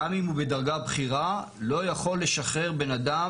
גם אם הוא בדרגה בכירה, לא יכול לשחרר אדם